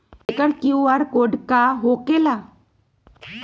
एकर QR code का होकेला?